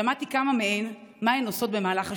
שמעתי מכמה מהן מה הן עושות במהלך השנה.